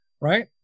right